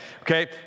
Okay